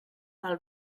del